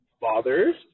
fathers